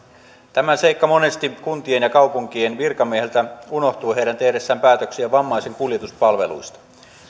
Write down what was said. tämä seikka monesti kuntien ja kaupunkien virkamiehiltä unohtuu heidän tehdessään päätöksiä vammaisen kuljetuspalveluista